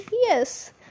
Yes